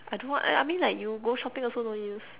I don't know what I mean like you go shopping also no use